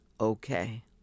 okay